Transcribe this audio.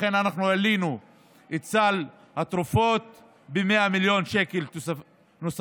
ולכן אנחנו העלינו את סל התרופות ב-100 מיליון שקל נוספים,